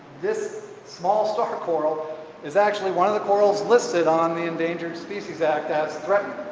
this small star coral is actually one of the corals listed on the endangered species act as threatened.